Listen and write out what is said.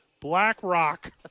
BlackRock